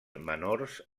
menors